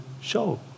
show